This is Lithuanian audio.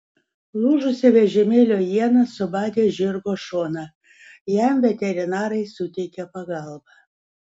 lūžusi vežimėlio iena subadė žirgo šoną jam veterinarai suteikė pagalbą